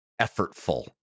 effortful